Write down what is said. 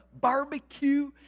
barbecue